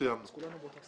שסיימנו את ההקראה.